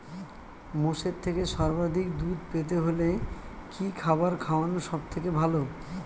মোষের থেকে সর্বাধিক দুধ পেতে হলে কি খাবার খাওয়ানো সবথেকে ভালো?